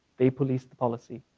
they police the policy.